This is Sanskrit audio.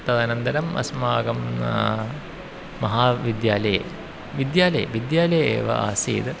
तदनन्तरम् अस्माकं महाविद्यालये विद्यालये विद्यालये एव आसीत्